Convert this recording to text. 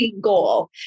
goal